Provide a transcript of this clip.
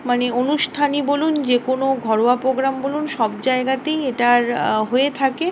মানে অনুষ্ঠানই বলুন যে কোনো ঘরোয়া প্রোগ্রাম বলুন সব জায়গাতেই এটা হয়ে থাকে